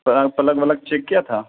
پلک ولک چیک کیا تھا